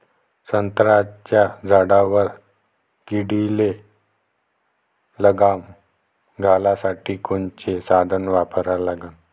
संत्र्याच्या झाडावर किडीले लगाम घालासाठी कोनचे साधनं वापरा लागन?